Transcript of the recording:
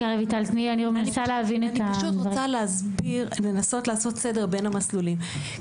אני פשוט רוצה לנסות לעשות סדר בין המסלולים.